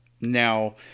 Now